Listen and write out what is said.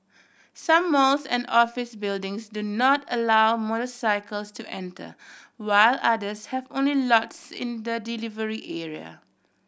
some malls and office buildings do not allow motorcycles to enter while others have only lots in the delivery area